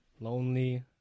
lonely